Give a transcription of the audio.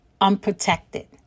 unprotected